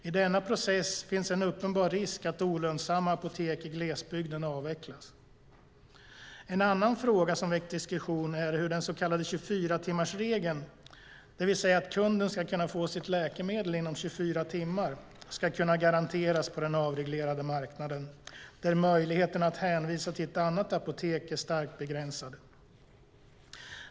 I denna process finns en uppenbar risk att olönsamma apotek i glesbygden avvecklas. En annan fråga som väckt diskussion är hur den så kallade 24-timmarsregeln, det vill säga att kunden ska kunna få sitt läkemedel inom 24 timmar, ska kunna garanteras på den avreglerade marknaden där möjligheterna att hänvisa till ett annat apotek är starkt begränsade.